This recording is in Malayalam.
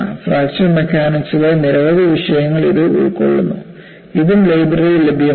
ഫ്രാക്ചർ മെക്കാനിക്സിലെ നിരവധി വിഷയങ്ങൾ ഇത് ഉൾക്കൊള്ളുന്നു ഇതും ലൈബ്രറിയിൽ ലഭ്യമാണ്